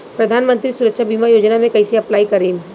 प्रधानमंत्री सुरक्षा बीमा योजना मे कैसे अप्लाई करेम?